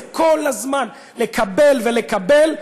זה כל הזמן לקבל ולקבל,